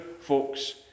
folks